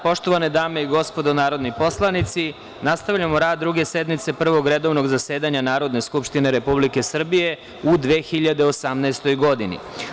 Poštovane dame i gospodo narodni poslanici, nastavljamo rad Druge sednice Prvog redovnog zasedanja Narodne skupštine Republike Srbije u 2018. godini.